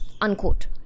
unquote